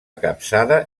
capçada